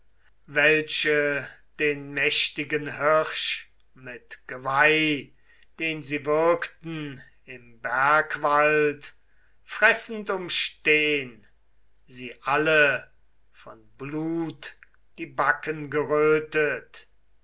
welche den mächtigen hirsch mit geweih den sie würgten im bergwald fressend umstehn sie alle von blut die backen gerötet